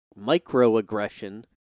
microaggression